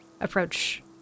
approach